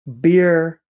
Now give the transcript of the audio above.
beer